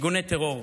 ארגוני טרור.